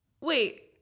wait